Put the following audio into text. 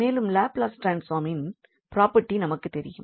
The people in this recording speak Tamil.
மேலும் லாப்லஸ் ட்ரான்ஸ்பார்மின் ப்ராபெர்ட்டி நமக்கு தெரியும்